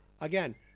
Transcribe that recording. again